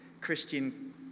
Christian